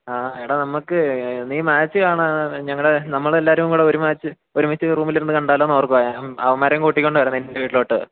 ആ എടാ നമ്മള്ക്ക് നീ മാച്ച് കാണാന് ഞങ്ങളുടെ നമ്മളെല്ലാവരും കൂടെ ഒരു മാച്ച് ഒരുമിച്ച് റൂമിലിരുന്നു കണ്ടാലോ എന്ന് ഓർക്കുകയാണ് അവന്മാരെയും കൂട്ടിക്കൊണ്ടുവരാം നിൻ്റെ വീട്ടിലോട്ട്